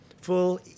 full